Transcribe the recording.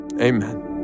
amen